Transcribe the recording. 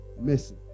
Mercy